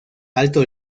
alto